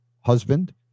husband